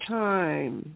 time